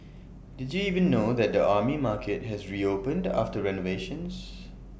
did you even know that the Army Market has reopened after renovations